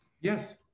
Yes